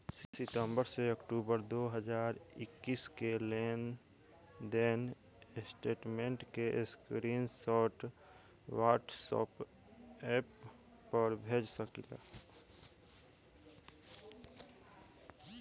सितंबर से अक्टूबर दो हज़ार इक्कीस के लेनदेन स्टेटमेंट के स्क्रीनशाट व्हाट्सएप पर भेज सकीला?